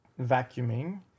vacuuming